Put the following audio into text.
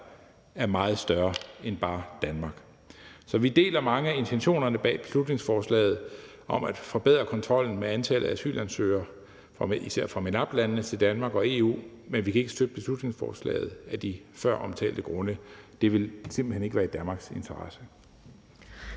er meget større end bare Danmark. Så vi deler mange af intentionerne bag beslutningsforslaget om at forbedre kontrollen med antallet af asylansøgere, især fra MENAPT-landene, til Danmark og EU, men vi kan ikke støtte beslutningsforslaget af de føromtalte grunde. Det vil simpelt hen ikke være i Danmarks interesse.